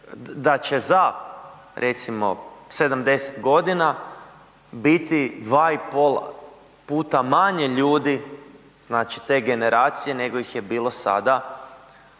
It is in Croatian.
da će za recimo 70 godina biti 2,5 puta manje ljudi znači te generacije nego ih je bilo sada,